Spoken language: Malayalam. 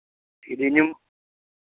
ഇതിനും